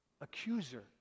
accuser